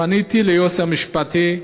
פניתי ליועץ המשפטי,